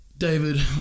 David